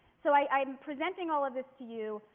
so i am presenting all of this to you,